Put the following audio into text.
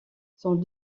sont